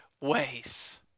ways